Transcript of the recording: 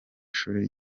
ishuri